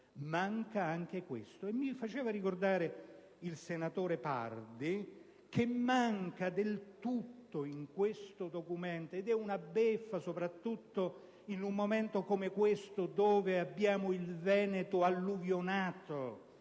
Manca anche questo. Mi faceva ricordare il senatore Pardi che in questo documento - ed è una beffa, soprattutto in un momento come questo in cui c'è il Veneto alluvionato,